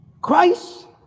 Christ